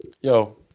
Yo